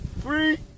three